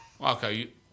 okay